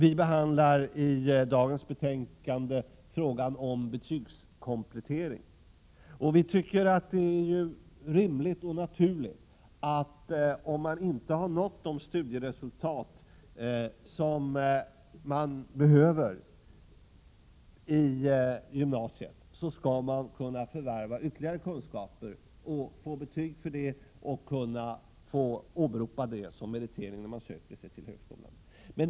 I det föreliggande betänkandet behandlas också frågan om betygskomplettering. Vi centerpartister tycker att det är rimligt och naturligt att man, om man i gymnasiet inte har uppnått det studieresultat som behövs, i efterhand skall kunna förvärva ytterligare kunskaper och få betyg för detta som kan åberopas som merit när man söker till högskolan.